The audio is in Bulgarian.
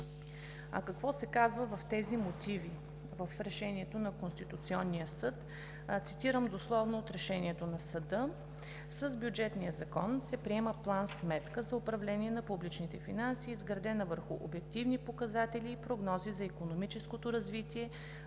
Какво се казва в тези мотиви в решението на Конституционния съд? Цитирам дословно от решението на съда: